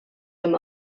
amb